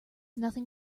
nothing